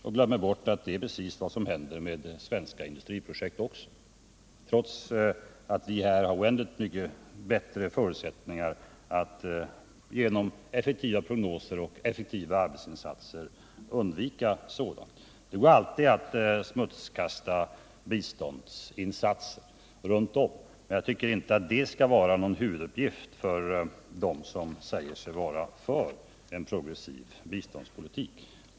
Man glömmer bort att det är precis vad som händer med svenska industriprojekt, trots att vi här har oändligt mycket bättre förutsättningar att genom effektiva prognoser och arbetsinsatser undvika sådant. Det går alltid att smutskasta biståndsinsatser runt om i världen. Jag tycker emellertid att det inte skall vara någon huvuduppgift för dem som säger sig vara för en progressiv biståndspolitik.